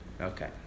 Okay